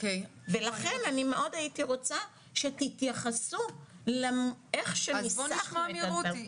ולכן אני מאוד הייתי רוצה שתייחסו לאיך שניסחנו את הדברים.